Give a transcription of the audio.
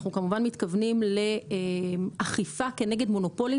אנחנו כמובן מתכוונים לאכיפה כנגד מונופולים